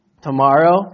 Tomorrow